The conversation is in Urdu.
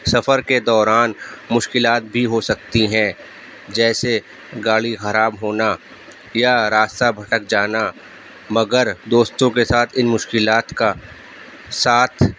سفر کے دوران مشکلات بھی ہو سکتی ہیں جیسے گاڑی خراب ہونا یا راستہ بھٹک جانا مگر دوستوں کے ساتھ ان مشکلات کا ساتھ